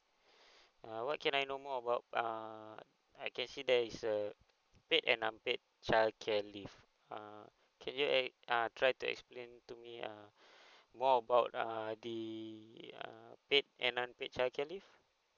uh what can I know more about err I can see there is a paid and unpaid childcare leave uh can you ex~ uh try to explain to me uh more about err the uh paid and unpaid childcare leave